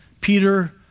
Peter